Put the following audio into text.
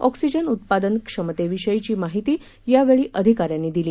oxygen उत्पादन क्षमतेविषयी माहिती यावेळी अधिकाऱ्यांनी दिली